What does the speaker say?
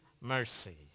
mercy